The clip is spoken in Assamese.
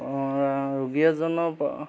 ৰোগী এজনৰ